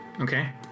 okay